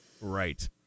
Right